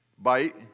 Bite